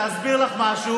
אני רוצה להסביר לך משהו.